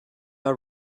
are